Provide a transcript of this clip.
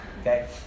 okay